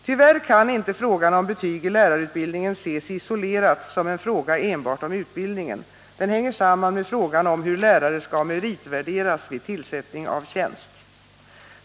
Tyvärr kan inte frågan om betyg i lärarutbildningen ses isolerad som en fråga enbart om utbildningen. Den hänger samman med frågan om hur lärare skall meritvärderas vid tillsättning av tjänst.